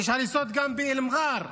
יש הריסות גם במע'אר,